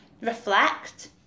reflect